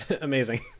amazing